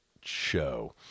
show